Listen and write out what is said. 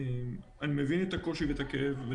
אני מבין את הקושי ואת הכאב,